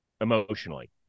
emotionally